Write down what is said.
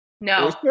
No